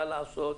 מה לעשות,